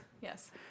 yes